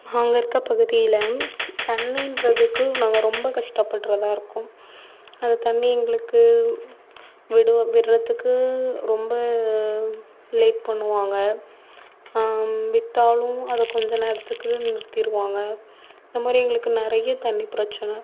நாங்கள் இருக்க பகுதியில் தண்ணின்றதுக்கு நாங்கள் ரொம்ப கஷ்டப்படுகிறதா இருக்கும் அது தண்ணிர் எங்களுக்கு விடு விடுறதுக்கு ரொம்ப லேட் பண்ணுவாங்க விட்டாலும் அதை கொஞ்ச நேரத்துக்குள்ள நிறுத்திடுவாங்க அந்த மாதிரி எங்களுக்கு நிறைய தண்ணிர் பிரச்சனை